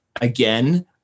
again